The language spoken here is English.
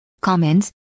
comments